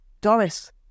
Doris